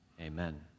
Amen